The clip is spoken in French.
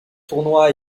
tournois